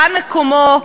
כאן מקומו,